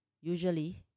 Usually